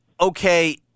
okay